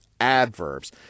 adverbs